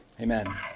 amen